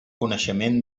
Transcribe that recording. coneixement